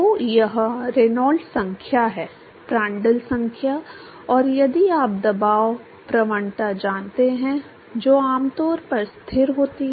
तो यह रेनॉल्ड्स संख्या है प्रांड्ल संख्या और यदि आप दबाव प्रवणता जानते हैं जो आमतौर पर स्थिर होती है